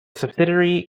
subsidiary